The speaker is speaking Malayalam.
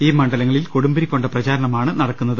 ഈ മണ്ഡലങ്ങ ളിൽ കൊടുമ്പിരികൊണ്ട പ്രചാരണമാണ് നടക്കുന്നത്